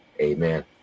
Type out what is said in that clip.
Amen